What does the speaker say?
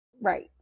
Right